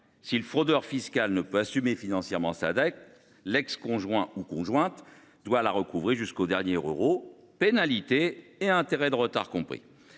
Si le fraudeur fiscal ne peut pas assumer financièrement sa dette, l’ex conjoint ou l’ex conjointe doit la rembourser jusqu’au dernier euro, pénalités et intérêts de retards compris.